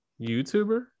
YouTuber